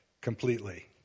completely